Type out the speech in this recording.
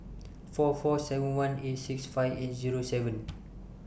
four four seven one eight six five eight Zero seven